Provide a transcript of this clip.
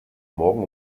morgen